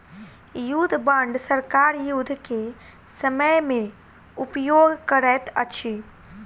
युद्ध बांड सरकार युद्ध के समय में उपयोग करैत अछि